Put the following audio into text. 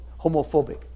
homophobic